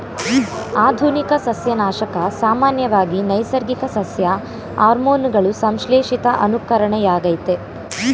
ಆಧುನಿಕ ಸಸ್ಯನಾಶಕ ಸಾಮಾನ್ಯವಾಗಿ ನೈಸರ್ಗಿಕ ಸಸ್ಯ ಹಾರ್ಮೋನುಗಳ ಸಂಶ್ಲೇಷಿತ ಅನುಕರಣೆಯಾಗಯ್ತೆ